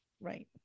Right